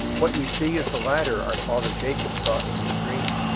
what we see is the ladder our father jacob saw in his dream.